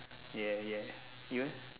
ya ya you eh